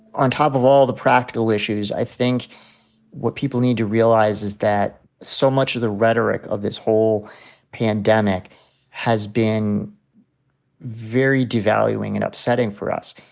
on top of all of the practical issues, i think what people need to realize is that so much of the rhetoric of this whole pandemic has been very devaluing and upsetting for us.